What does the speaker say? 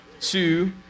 Two